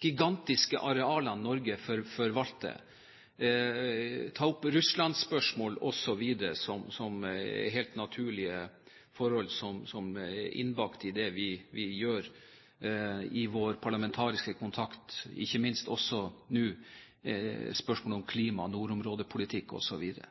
gigantiske arealene Norge forvalter, Russland-spørsmål, ikke minst spørsmål om klima, nordområdepolitikk osv., som er helt naturlige forhold som er innbakt i det vi gjør i vår parlamentariske kontakt. Vi har vel ennå observatørstatus når det gjelder COFAC. Det er vel ikke